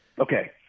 Okay